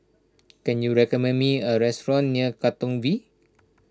can you recommend me a restaurant near Katong V